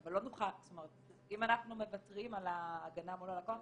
אם אנחנו מוותרים על ההגנה מול הלקוח,